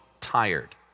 tired